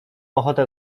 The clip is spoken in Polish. ochotę